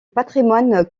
patrimoine